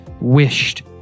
wished